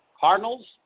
Cardinals